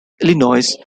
illinois